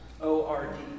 O-R-D